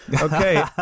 Okay